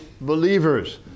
believers